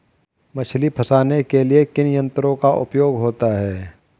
मछली फंसाने के लिए किन यंत्रों का उपयोग होता है?